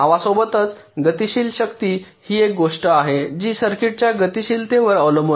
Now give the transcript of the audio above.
नावासोबतच गतिशील शक्ती ही एक गोष्ट आहे जी सर्किट्सच्या गतिशीलतेवर अवलंबून असते